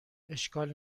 اشکال